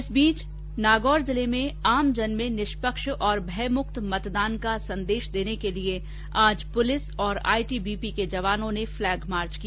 इस बीच नागौर जिले में आम जन में निष्पक्ष और भयमुक्त मतदान का संदेश देने के लिए आज पुलिस और आईटीबीपी के जवानों ने फ्लैगमार्च किया